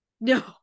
no